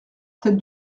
tête